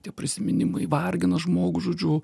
tie prisiminimai vargina žmogų žodžiu